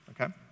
Okay